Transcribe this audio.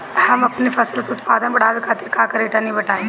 हम अपने फसल के उत्पादन बड़ावे खातिर का करी टनी बताई?